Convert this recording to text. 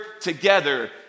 together